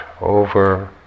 over